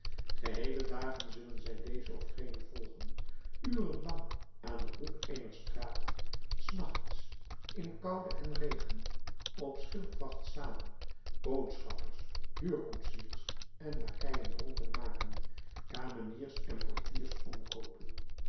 geheele dagen zullen zij dezen of genen volgen uren lang aan den hoek eener straat s nachts in koude en regen op schildwacht staan boodschappers huurkoetsiers en lakeien dronken maken kameniers en portiers omkoopen